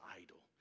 idol